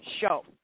show